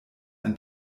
ein